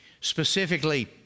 specifically